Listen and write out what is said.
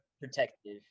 protective